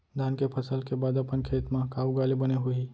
धान के फसल के बाद अपन खेत मा का उगाए ले बने होही?